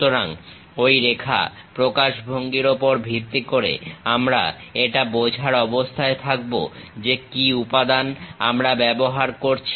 সুতরাং ঐ রেখা প্রকাশভঙ্গির ওপর ভিত্তি করে আমরা এটা বোঝার অবস্থায় থাকবো যে কি উপাদান আমরা ব্যবহার করছি